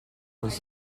was